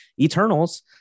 Eternals